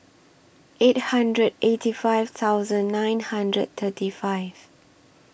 eight hundred eighty five thousand nine hundred thirty five